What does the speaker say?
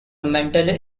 mentally